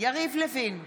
יריב לוין,